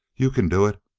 you can do it.